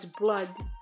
blood